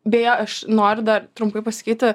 beje aš noriu dar trumpai pasakyti